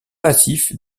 massif